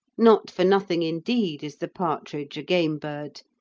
not for nothing indeed is the partridge a game bird,